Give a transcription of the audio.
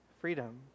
freedom